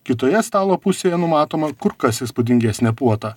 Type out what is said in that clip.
kitoje stalo pusėje numatoma kur kas įspūdingesnė puota